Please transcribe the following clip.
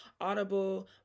Audible